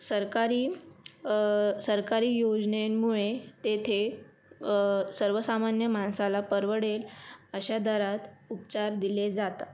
सरकारी सरकारी योजनेनमुळे तेथे सर्वसामान्य माणसाला परवडेल अशा दरात उपचार दिले जातात